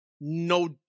no